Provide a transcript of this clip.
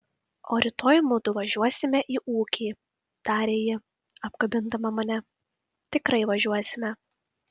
o rytoj mudu važiuosime į ūkį tarė ji apkabindama mane tikrai važiuosime